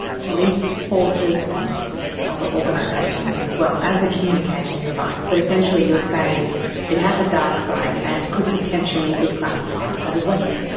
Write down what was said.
police forces and other organisations as well, as a communication device. but essentially you are saying it has a dark side and could potentially be classified as a weapon.